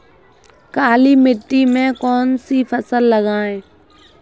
काली मिट्टी में कौन सी फसल लगाएँ?